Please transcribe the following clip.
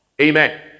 Amen